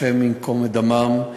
השם ייקום דמם,